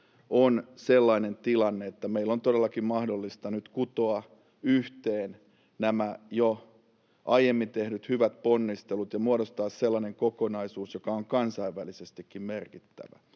on sellainen tilanne, että meillä on todellakin mahdollista nyt kutoa yhteen nämä jo aiemmin tehdyt hyvät ponnistelut ja muodostaa sellainen kokonaisuus, joka on kansainvälisestikin merkittävä.